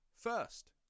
first